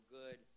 good